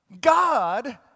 God